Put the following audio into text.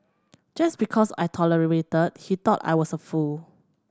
just because I tolerated he thought I was a fool